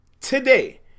Today